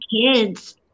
kids